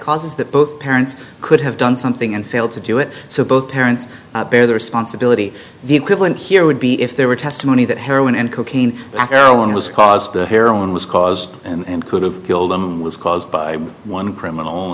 causes that both parents could have done something and failed to do it so both parents bear the responsibility the equivalent here would be if they were testimony that heroin and cocaine heroin was caused the heroin was caused and could have killed them was caused by one criminal